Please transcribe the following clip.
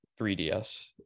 3DS